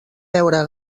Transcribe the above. veure